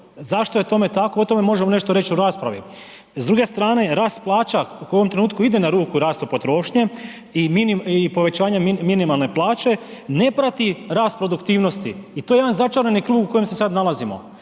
zašto je tome tako, o tome možemo nešto reć u raspravi, s druge strane rast plaća koji u ovom trenutku ide na ruku rastu potrošnje i povećanje minimalne plaće, ne prati rast produktivnosti i to je jedan začarani krug u kojem se sad nalazimo.